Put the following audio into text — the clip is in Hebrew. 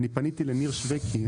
אני פניתי לניר שוויקי,